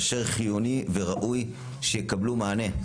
אשר חיוני וראוי שיקבלו מענה.